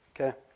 okay